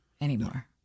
anymore